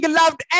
loved